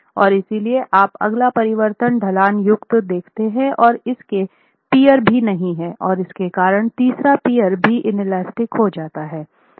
और इसलिए आप अगला परिवर्तन ढलान युक्त देखते हैं और इसके पीअर भी नहीं है और इसके कारण तीसरा पीअर भी इनेलास्टिक हो जाता है